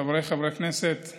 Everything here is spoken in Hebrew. חבריי חברי הכנסת,